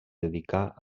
dedicà